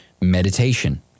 meditation